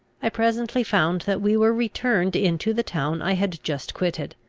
i presently found that we were returned into the town i had just quitted.